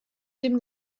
dem